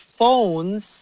phones